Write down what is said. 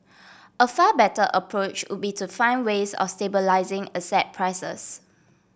a far better approach would be to find ways or stabilising asset prices